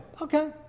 Okay